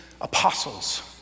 apostles